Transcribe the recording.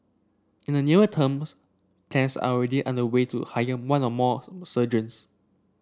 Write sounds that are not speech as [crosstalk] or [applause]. in the near terms plans are already underway to hire one or more [unintelligible] surgeons